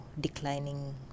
declining